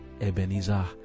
Ebenezer